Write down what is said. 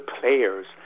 players